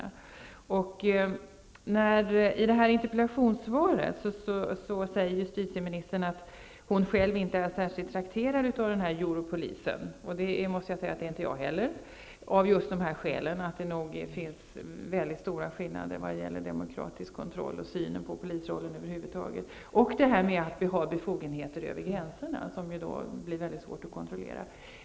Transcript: I interpellationssvaret säger justitieministern att hon själv inte är särskilt trakterad av denna ''Europolis''. Det är inte jag heller av just det skälet att det nog finns väldigt stora skillnader vad gäller demokratisk kontroll och synen på polisrollen över huvud taget. Befogenheterna över gränserna gör den mycket svår att kontrollera.